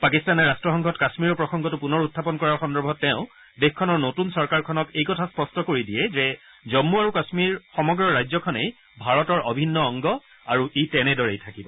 পাকিস্তানে ৰাট্টসংঘত কাশ্মীৰৰ প্ৰসংগটো পূনৰ উখাপন কৰাৰ সন্দৰ্ভত তেওঁ দেশখনৰ নতুন চৰকাৰখনক এই কথা স্পষ্ট কৰি দিয়ে যে জম্মু আৰু কাশ্মীৰ সমগ্ৰ ৰাজ্যখনেই ভাৰতৰ অভিন্ন অংগ আৰু ই তেনেদৰেই থাকিব